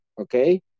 okay